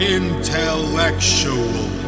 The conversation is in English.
intellectual